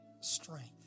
strength